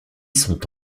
sont